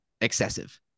excessive